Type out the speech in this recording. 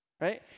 Right